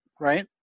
right